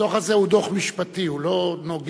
הדוח הזה הוא דוח משפטי, הוא לא נוגע.